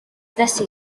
decir